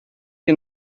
che